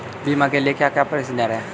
बीमा के लिए क्या क्या प्रोसीजर है?